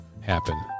happen